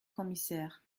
commissaire